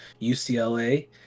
UCLA